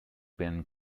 been